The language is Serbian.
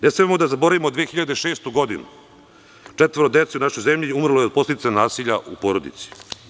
Ne smemo da zaboravimo 2006. godinu, četvoro dece u našoj zemlji umrlo je od posledica nasilja u porodici.